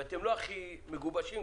ואתם לא הכי מגובשים.